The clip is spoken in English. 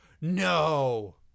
No